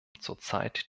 zurzeit